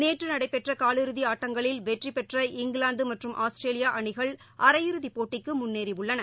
நேற்றுநடைபெற்றகாலிறுதிஆட்டங்களில் வெற்றிபெற்ற இங்கிலாந்துமற்றும் ஆஸ்திரேலியாஅணிகள் அரையிறுதிப் போட்டிக்குமுன்னேறியுள்ளன